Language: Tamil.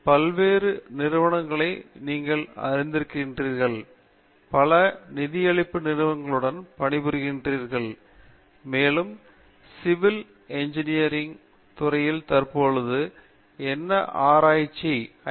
பல்வேறு நிறுவனங்களை நீங்கள் அறிந்திருக்கின்றீர்கள் பல நிதியளிப்பு நிறுவனங்களுடன் பணிபுரிகிறீர்கள் மேலும் சி சிவில் இன்ஜினியரிங்ல் துறையில் தற்பொழுது என்ன ஆராய்ச்சி ஐ